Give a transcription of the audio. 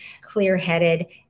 clear-headed